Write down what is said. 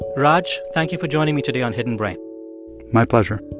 raj, thank you for joining me today on hidden brain my pleasure